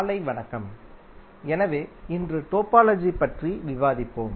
காலை வணக்கம் எனவே இன்று டோபாலஜி பற்றி விவாதிப்போம்